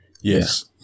Yes